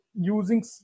using